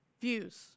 views